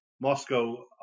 Moscow